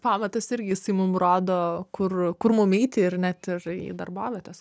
pamatas irgi jisai mum rodo kur kur mum eiti ir net ir į darbovietes